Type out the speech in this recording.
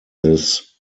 this